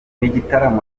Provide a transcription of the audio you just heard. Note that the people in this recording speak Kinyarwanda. n’igitaramo